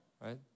right